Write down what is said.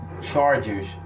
Chargers